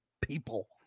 people